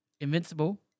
Invincible